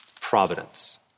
Providence